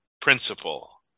principle